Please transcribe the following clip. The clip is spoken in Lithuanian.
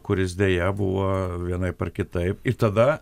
kuris deja buvo vienaip ar kitaip ir tada